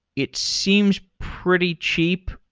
it seems pretty cheap.